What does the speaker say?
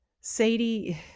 Sadie